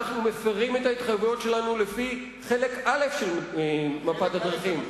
אנחנו מפירים את ההתחייבויות שלנו לפי חלק א' של מפת הדרכים.